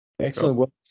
excellent